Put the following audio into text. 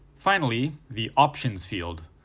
finally, the options field,